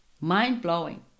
mind-blowing